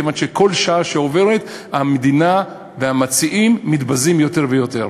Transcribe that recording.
כיוון שכל שעה שעוברת המדינה והמציעים מתבזים יותר ויותר.